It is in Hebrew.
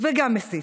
וגם מסית,